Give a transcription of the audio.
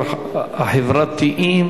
הממשלה מתנגדת לה,